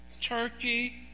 Turkey